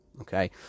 Okay